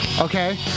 okay